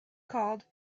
called